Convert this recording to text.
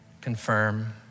confirm